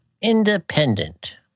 Independent